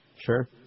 Sure